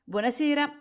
Buonasera